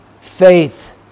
Faith